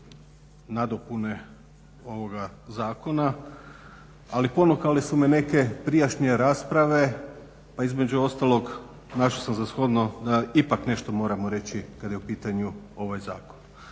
nadopune ovoga zakona, ali ponukale su me neke prijašnje rasprave pa između ostalog našao sam za shodno da ipak nešto moramo reći kad je u pitanju ovaj zakon.